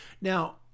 Now